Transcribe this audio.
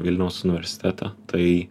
vilniaus universitete tai